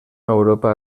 europa